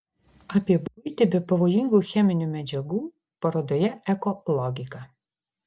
apie buitį be pavojingų cheminių medžiagų parodoje eko logika